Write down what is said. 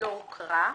לא הוקרא,